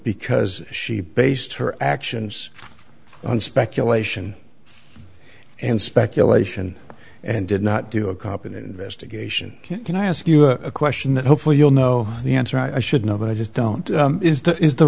because she based her actions on speculation and speculation and did not do a competent investigation can i ask you a question that hopefully you'll know the answer i should know but i just don't is the